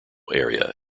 area